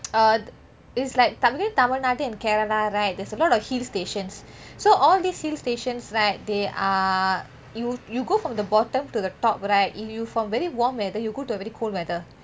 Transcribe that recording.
err is like between tamilnadu and kerala right there's a lot of hill stations so all these hill stations right they are you go from the bottom to the top right if you from very warm weather you go to a very cold weather